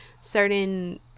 certain